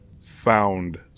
Found